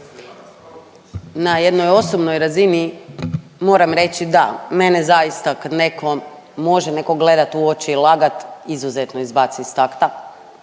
na jednoj osobnoj razini moram reći da, mene zaista kad netko može netko gledat u oči i lagat izuzetno izbaci iz takta,